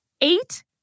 eight